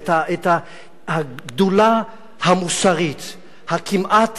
את הגדולה המוסרית הכמעט